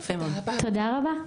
תודה רבה.